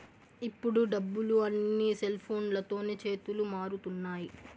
ఇప్పుడు డబ్బులు అన్నీ సెల్ఫోన్లతోనే చేతులు మారుతున్నాయి